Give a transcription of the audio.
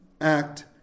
act